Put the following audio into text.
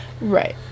Right